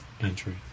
entry